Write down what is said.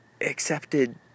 accepted